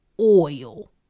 oil